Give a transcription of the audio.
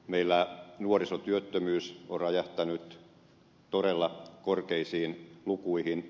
meillä nuorisotyöttömyys on räjähtänyt todella korkeisiin lukuihin